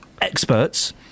experts